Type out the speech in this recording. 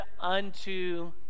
unto